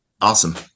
Awesome